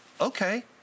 Okay